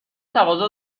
تقاضا